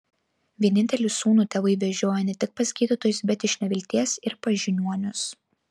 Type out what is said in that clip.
vienintelį sūnų tėvai vežiojo ne tik pas gydytojus bet iš nevilties ir pas žiniuonius